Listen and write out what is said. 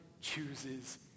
chooses